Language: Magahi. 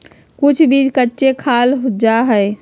कुछ बीज कच्चे खाल जा हई